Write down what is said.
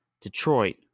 Detroit